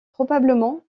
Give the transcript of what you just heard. probablement